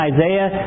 Isaiah